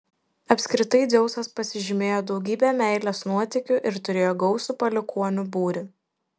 apskritai dzeusas pasižymėjo daugybe meilės nuotykių ir turėjo gausų palikuonių būrį